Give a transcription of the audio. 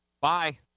bye